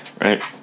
right